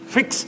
Fix